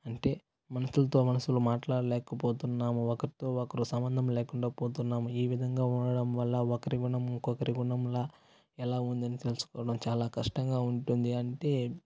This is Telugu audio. అంటే మనుషులతో మనుషులు మాట్లాడలేకపోతున్నాము ఒకరితో ఒకరు సంబంధం లేకుండా పోతున్నాము ఈ విధంగా ఉండడం వల్ల ఒకరి గుణం ఇంకొకరి గుణంలా ఎలా ఉందని తెలుసుకోవడం చాలా కష్టంగా ఉంటుంది అంటే